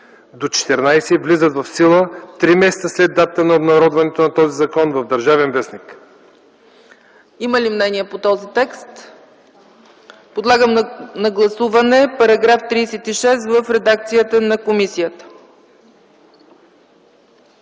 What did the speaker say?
9-14 влизат в сила три месеца след датата на обнародването на този закон в „Държавен вестник”.”